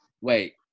Wait